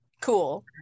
Cool